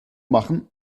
machen